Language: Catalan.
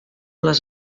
les